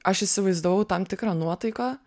aš įsivaizdavau tam tikrą nuotaiką